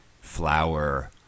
flower